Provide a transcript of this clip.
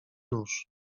nóż